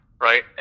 right